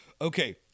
Okay